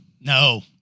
No